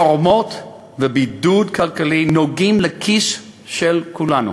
חרמות ובידוד כלכלי נוגעים לכיס של כולנו